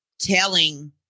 telling